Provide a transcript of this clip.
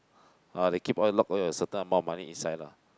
uh they keep all lock all your certain amount of money inside lah